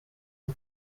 eng